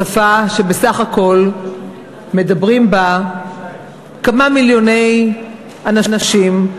שפה שבסך הכול מדברים בה כמה מיליוני אנשים,